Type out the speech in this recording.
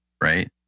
right